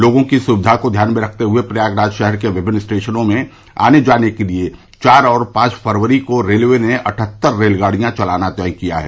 लोगों की सुविधा को ध्यान में रखते हुए प्रयागराज शहर के विभिन्न स्टेशनों में आने जाने के लिए चार और पांच फरवरी को रेलवे ने अठहत्तर रेलगाड़ियां चलाना तय किया है